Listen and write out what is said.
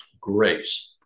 grace